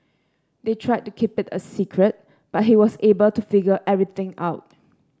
they tried to keep it a secret but he was able to figure everything out